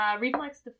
Reflex